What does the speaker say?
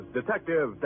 Detective